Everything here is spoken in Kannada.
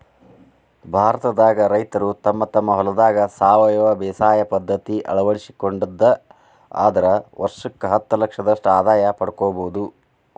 ಭಾರತದಾಗ ರೈತರು ತಮ್ಮ ತಮ್ಮ ಹೊಲದಾಗ ಸಾವಯವ ಬೇಸಾಯ ಪದ್ಧತಿ ಅಳವಡಿಸಿಕೊಂಡಿದ್ದ ಆದ್ರ ವರ್ಷಕ್ಕ ಹತ್ತಲಕ್ಷದಷ್ಟ ಆದಾಯ ಪಡ್ಕೋಬೋದು